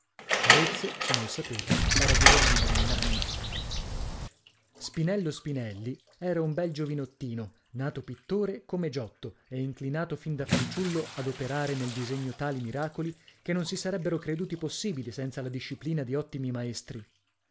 arezzo se nol sapete era ghibellina nell'anima spinello spinelli era un bel giovinottino nato pittore come giotto e inclinato fin da fanciullo ad operare nel disegno tali miracoli che non si sarebbero creduti possibili senza la disciplina di ottimi maestri